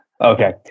Okay